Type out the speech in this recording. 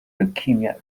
leukemia